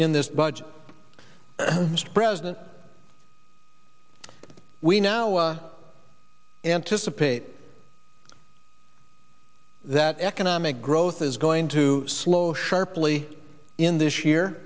in this budget mr president we now anticipate that economic growth is going to slow sharply in this year